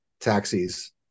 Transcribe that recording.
taxis